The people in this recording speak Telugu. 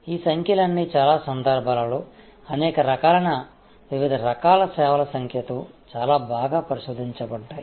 ఈ సంఖ్యలన్నీ చాలా సందర్భాలలో అనేక రకాలైన వివిధ రకాల సేవల సంఖ్యతో చాలా బాగా పరిశోధించబడ్డాయి